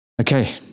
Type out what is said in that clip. Okay